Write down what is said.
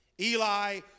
Eli